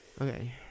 Okay